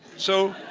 so